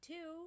Two